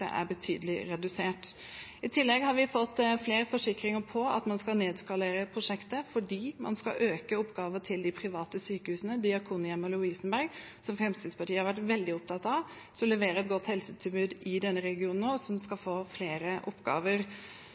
er betydelig redusert. I tillegg har vi fått flere forsikringer om at man skal nedskalere prosjektet ved å øke oppgavene til de private sykehusene, Diakonhjemmet og Lovisenberg, som Fremskrittspartiet har vært veldig opptatt av, som leverer et godt helsetilbud i denne regionen, og som skal få flere oppgaver.